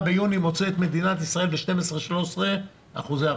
אתה מוצא ביוני את מדינת ישראל עם 12%-13% אבטלה.